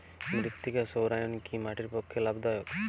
মৃত্তিকা সৌরায়ন কি মাটির পক্ষে লাভদায়ক?